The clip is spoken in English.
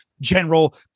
general